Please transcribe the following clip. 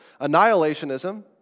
Annihilationism